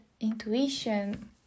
intuition